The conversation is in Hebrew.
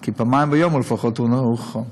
כי פעמיים ביום לפחות הוא נכון.